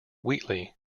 wheatley